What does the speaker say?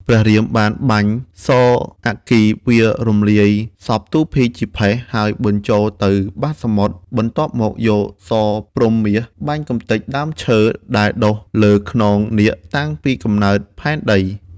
ព្រះរាមបានបាញ់សរអគ្គីវាសរំលាយសពទូភីជាផេះ ហើយបញ្ចូលទៅបាតសមុទ្រ បន្ទាប់មកយកសរព្រហ្មមាស បាញ់កំទេចដើមឈើ ដែលដុះលើខ្នងនាគតាំងពីកំណើតផែនដី។